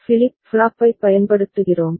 flip ஃப்ளாப்பைப் பயன்படுத்துகிறோம்